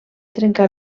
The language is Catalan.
trencar